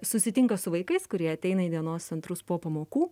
susitinka su vaikais kurie ateina į dienos centrus po pamokų